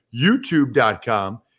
YouTube.com